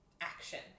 action